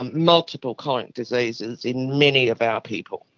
um multiple chronic diseases in many of our people,